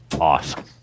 awesome